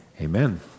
Amen